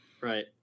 Right